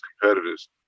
competitors